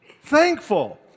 Thankful